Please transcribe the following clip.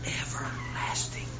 everlasting